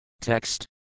Text